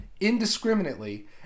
indiscriminately—